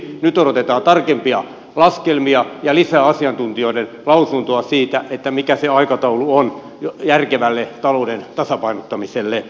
nyt odotetaan tarkempia laskelmia ja lisää asiantuntijoiden lausuntoja siitä mikä se aikataulu on järkevälle talouden tasapainottamiselle